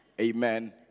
Amen